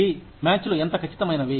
వి మ్యాచ్లు ఎంత ఖచ్చితమైనవి